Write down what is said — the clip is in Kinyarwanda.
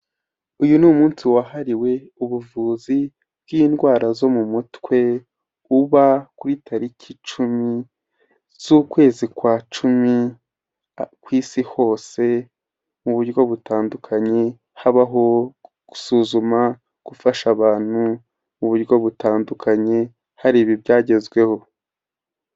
Uyu ni umunsi wahariwe ubuvuzi bw'indwara zo mu mutwe, uba kuri tariki cumi, z'ukwezi kwa cumi ku Isi hose mu buryo butandukanye habaho: gusuzuma, gufasha abantu mu buryo butandukanye harebwa ibyagezweho.